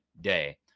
day